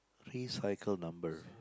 recycle number